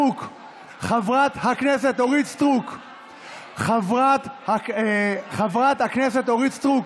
חברת הכנסת אורית סטרוק, חברת הכנסת אורית סטרוק,